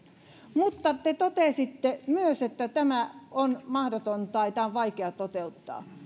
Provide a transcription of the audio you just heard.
mutta te totesitte myös että tämä on mahdotonta tai tämä on vaikea toteuttaa